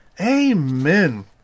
amen